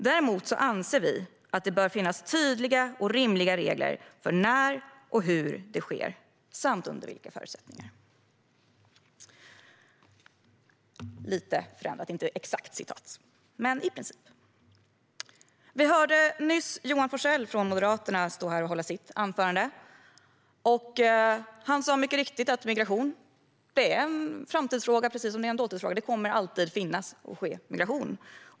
Däremot anser vi att det bör finnas tydliga och rimliga regler för när och hur det sker samt under vilka förutsättningar. Detta var inte exakt det som stod i vårt inriktningsprogram - det var lite förändrat - men i princip detsamma. Vi hörde nyss Johan Forssell från Moderaterna hålla sitt anförande. Han sa mycket riktigt att migration är en framtidsfråga, precis som det är en dåtidsfråga. Det kommer alltid att finnas och ske migration.